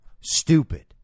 stupid